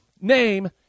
name